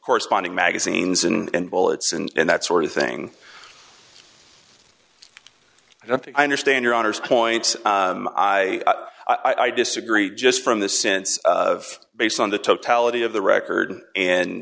corresponding magazines and bullets and that sort of thing i don't think i understand your honour's point i i disagree just from the sense of based on the totality of the record and